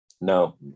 No